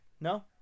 No